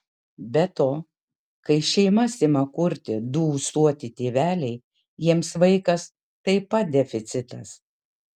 be to kai šeimas ima kurti du ūsuoti tėveliai jiems vaikas taip pat deficitas